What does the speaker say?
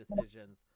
decisions